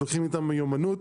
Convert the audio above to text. מיומנות,